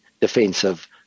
defensive